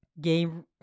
game